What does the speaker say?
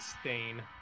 stain